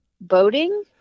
Boating